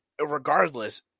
regardless